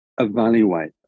evaluate